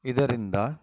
ಇದರಿಂದ